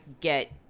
get –